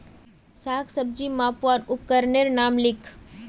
साग सब्जी मपवार उपकरनेर नाम लिख?